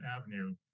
Avenue